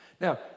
Now